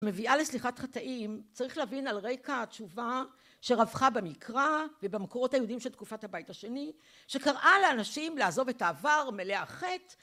מביאה לסליחת חטאים צריך להבין על רקע התשובה שרווחה במקרא ובמקורות היהודים של תקופת הבית השני שקראה לאנשים לעזוב את העבר מלאה חטא